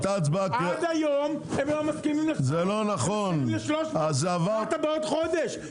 עד היום הם לא מסכימים --- אמרת בעוד חודש,